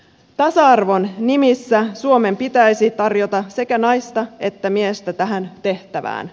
tasa arvon nimissä suomen pitäisi tarjota sekä naista että miestä tähän tehtävään